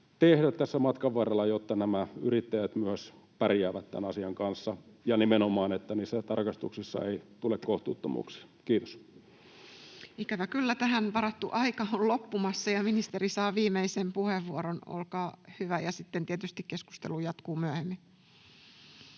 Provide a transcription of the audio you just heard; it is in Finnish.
tehdä matkan varrella, jotta nämä yrittäjät myös pärjäävät tämän asian kanssa ja nimenomaan jotta niissä tarkastuksissa ei tule kohtuuttomuuksia. — Kiitos. Ikävä kyllä tähän varattu aika on loppumassa, ja ministeri saa viimeisen puheenvuoron. Sitten tietysti keskustelu jatkuu myöhemmin.